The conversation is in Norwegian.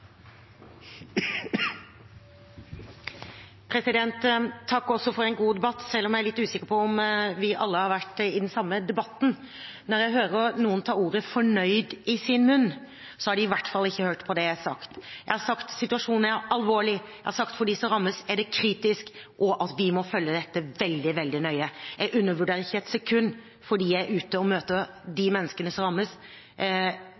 om vi alle har vært i den samme debatten. Når jeg hører noen ta ordet «fornøyd» i sin munn, har de i hvert fall ikke hørt på det jeg har sagt. Jeg har sagt at situasjonen er alvorlig, jeg har sagt at for dem som rammes, er det kritisk, og at vi må følge dette veldig nøye. Jeg undervurderer ikke ett sekund situasjonen for de menneskene som er rammet, for jeg er ute